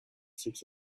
six